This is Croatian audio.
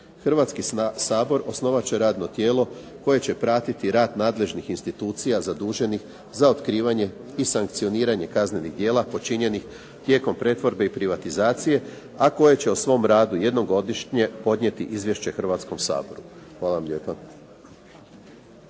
Hrvatski sabor osnovat će radno tijelo koje će pratiti rad nadležnih institucija zaduženih za otkrivanje i sankcioniranje kaznenih djela počinjenih tijekom pretvorbe i privatizacije, a koje će o svom radu jednom godišnje podnijeti izvješće Hrvatskom saboru. Hvala vam lijepa.